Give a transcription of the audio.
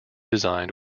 designed